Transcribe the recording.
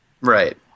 Right